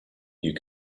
you